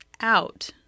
out